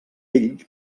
vell